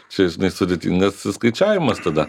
čia žinai sudėtingas skaičiavimas tada